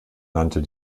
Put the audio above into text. nannte